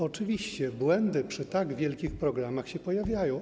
Oczywiście błędy przy tak wielkich programach się pojawiają.